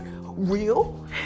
real